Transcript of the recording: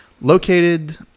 located